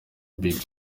big